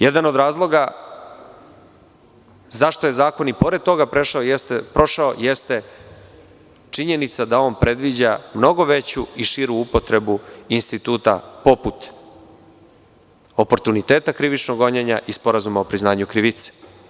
Jedan od razloga zašto je zakon i pored toga prošao, jeste činjenica da on predviđa mnogo veću i širu upotrebu instituta poput oportuniteta krivičnog gonjenja i sporazuma o priznanju krivice.